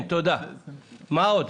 מה עוד?